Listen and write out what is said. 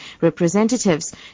representatives